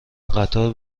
قطار